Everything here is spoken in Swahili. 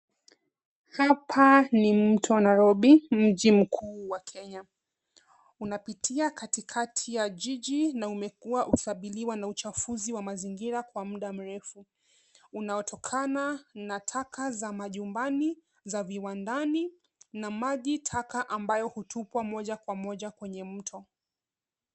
Hapa ni mto wa Nairobi, mji mkuu wa Kenya. Unapitia katikati ya jiji na umekuwa ukikabiliwa na uchafuzi wa mazingira kwa muda mrefu unaotokana na taka za majumbani, za viwandani na maji taka ambayo hutupwa moja kwa moja kwenye mto.